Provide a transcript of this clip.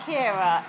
Kira